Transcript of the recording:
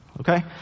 Okay